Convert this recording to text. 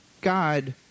God